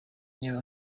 niba